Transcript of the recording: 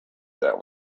that